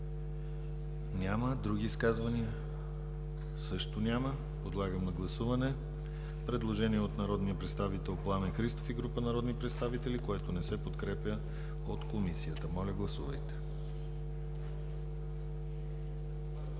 Няма. Други изказвания? Няма. Подлагам на гласуване предложение от народния представител Пламен Христов и група народни представители, което не се подкрепя от Комисията. Гласували